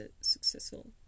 successful